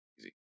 easy